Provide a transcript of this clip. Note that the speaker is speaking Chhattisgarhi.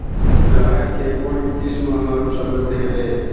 राहेर के कोन किस्म हर सबले बढ़िया ये?